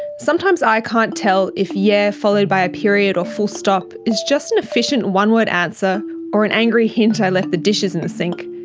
sometimes i can't tell if yeah followed by a period or full stop is just an efficient one-word answer or an angry hint left the dishes in the sink.